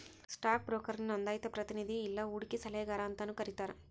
stock ಬ್ರೋಕರ್ನ ನೋಂದಾಯಿತ ಪ್ರತಿನಿಧಿ ಇಲ್ಲಾ ಹೂಡಕಿ ಸಲಹೆಗಾರ ಅಂತಾನೂ ಕರಿತಾರ